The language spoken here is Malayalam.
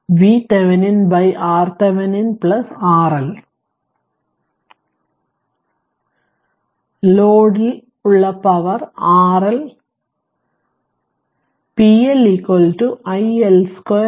അതിനാൽ ലോഡ് ൽ ഉള്ള power RL p L iL 2 RL